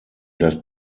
dass